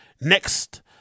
next